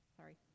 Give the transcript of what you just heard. sorry